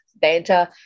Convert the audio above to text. banter